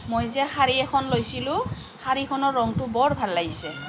মই যে শাড়ী এখন লৈছিলোঁ শাড়ীখনৰ ৰংটো বৰ ভাল লাগিছে